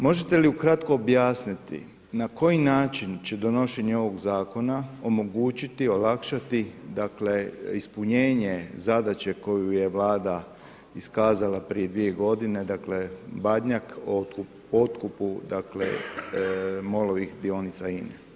Možete li kratko objasniti, na koji način će donošenje ovog zakona, omogućiti olakšati, dakle, ispunjenje zadaće koju je vlada iskazala prije 2 g. dakle, Badnjak, o otkupu MOL-ovih dionica INA-e.